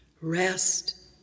Rest